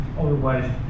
Otherwise